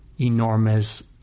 enormous